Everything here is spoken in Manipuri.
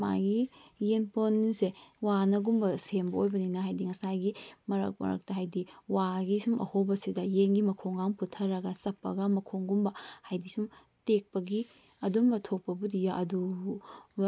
ꯃꯥꯒꯤ ꯌꯦꯟꯄꯣꯟꯁꯦ ꯋꯥꯅꯒꯨꯝꯕ ꯁꯦꯝꯕ ꯑꯣꯏꯕꯅꯤꯅ ꯍꯥꯏꯕꯗꯤ ꯉꯁꯥꯏꯒꯤ ꯃꯔꯛ ꯃꯔꯛꯇ ꯍꯥꯏꯕꯗꯤ ꯋꯥꯒꯤ ꯁꯨꯝ ꯑꯍꯣꯕꯁꯤꯗ ꯌꯦꯟꯒꯤ ꯃꯈꯣꯡꯒ ꯄꯨꯊꯔꯒ ꯆꯞꯄꯒ ꯃꯈꯣꯡꯒꯨꯝꯕ ꯍꯥꯏꯕꯗꯤ ꯁꯨꯝ ꯇꯦꯛꯄꯒꯤ ꯑꯗꯨꯒꯨꯝꯕ ꯊꯣꯛꯄꯕꯨꯗ ꯌꯥꯎꯏ ꯑꯗꯨꯒ